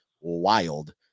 wild